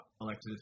elected